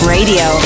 Radio